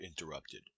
interrupted